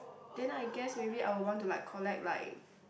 then I guess maybe I will want to like collect like